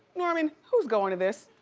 norman, who's going to this?